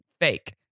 fake